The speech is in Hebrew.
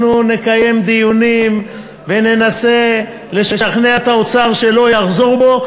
אנחנו נקיים דיונים וננסה לשכנע את האוצר שלא יחזור בו,